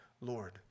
Lord